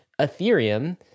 Ethereum